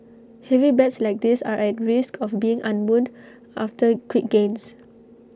heavy bets like this are at risk of being unwound after quick gains